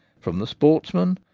from the sportsmen,